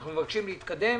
אנחנו מבקשים להתקדם